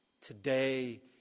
Today